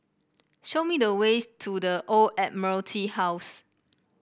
show me the way to The Old Admiralty House